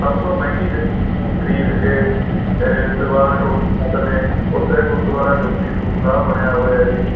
ਸਭ ਤੋਂ ਮਹਿੰਗੀ ਜ਼ਮੀਨ ਖਰੀਦ ਕੇ ਦੀਵਾਨ ਟੋਡਰ ਮੱਲ ਨੇ ਉੱਥੇ ਗੁਰਦੁਆਰਾ ਜੋਤੀ ਸਰੂਪ ਸਾਹਿਬ ਬਣਿਆ ਹੋਇਆ ਜੀ